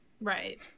Right